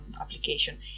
application